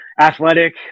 athletic